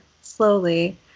slowly